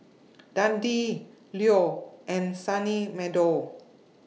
Dundee Leo and Sunny Meadow